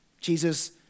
Jesus